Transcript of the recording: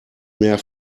mehr